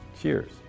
cheers